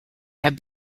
have